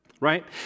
right